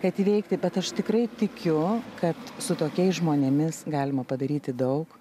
kad įveikti bet aš tikrai tikiu kad su tokiais žmonėmis galima padaryti daug